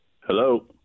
Hello